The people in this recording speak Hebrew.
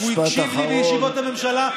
הוא הקשיב לי בישיבות הממשלה,